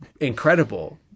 incredible